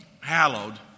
hallowed